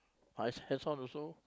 I hands on also